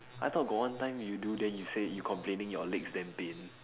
I thought got one time you do then you say you complaining your legs damn pain